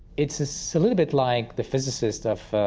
it's a so little bit like the physicists of,